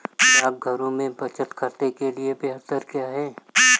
डाकघरों में बचत खाते के लिए ब्याज दर क्या है?